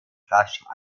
rasch